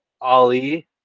Ali